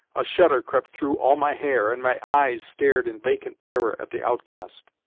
a shudder crept through all my hair, and my eyes stared in vacant terror at the outcast.